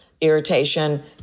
irritation